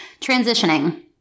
Transitioning